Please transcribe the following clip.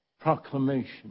proclamation